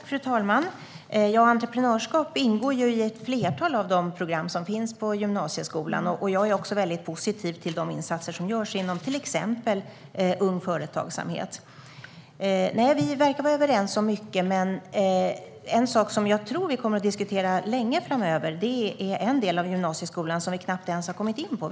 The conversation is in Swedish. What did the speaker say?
Fru talman! Entreprenörskap ingår i ett flertal av de program som finns på gymnasieskolan, och jag är också mycket positiv till de insatser som görs inom till exempel Ung Företagsamhet. Vi verkar vara överens om mycket, men en sak som jag tror att vi kommer att diskutera länge framöver är en del av gymnasieskolan som vi knappt har kommit in på.